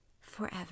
forever